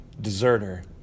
deserter